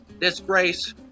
disgrace